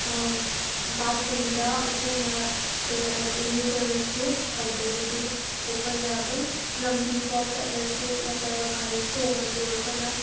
ꯕꯥꯠꯔꯨꯝꯗ ꯑꯩꯈꯣꯏꯅ ꯀꯔꯤ ꯏꯔꯨꯖꯔꯁꯨ ꯑꯗꯨꯗꯒꯤꯗꯤ ꯑꯩꯈꯣꯏꯅ ꯑꯗꯨꯝ ꯂꯝꯕꯤꯗ ꯆꯠꯂꯁꯨ ꯅꯠꯇ꯭ꯔꯒ ꯒꯥꯔꯤ ꯇꯣꯡꯉꯁꯨ ꯑꯩꯈꯣꯏꯅ